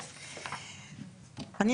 אוקיי.